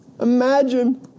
Imagine